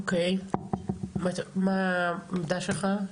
אוקי, מה העמדה שלך?